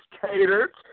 catered